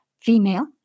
female